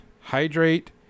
hydrate